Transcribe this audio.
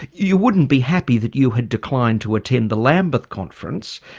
you wouldn't be happy that you had declined to attend the lambeth conference.